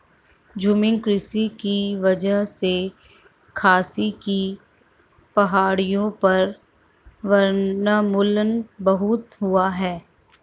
झूमिंग कृषि की वजह से खासी की पहाड़ियों पर वनोन्मूलन बहुत हुआ है